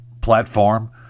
platform